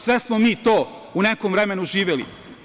Sve smo mi to u nekom vremenu živeli.